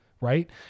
Right